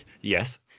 Yes